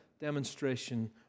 demonstration